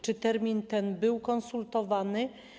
Czy termin ten był konsultowany?